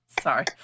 Sorry